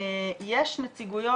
יש נציגויות,